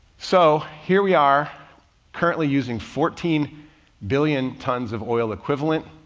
so here we are currently using fourteen billion tons of oil equivalent,